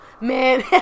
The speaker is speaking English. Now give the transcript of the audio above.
Man